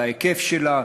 על ההיקף שלה.